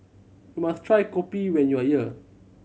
you must try kopi when you are here